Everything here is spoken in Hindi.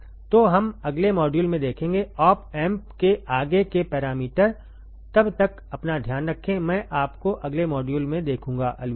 तो हम अगले मॉड्यूल में देखेंगे ऑप एम्प के आगे के पैरामीटर तब तक अपना ध्यान रखें मैं आपको अगले मॉड्यूल में देखूंगा अलविदा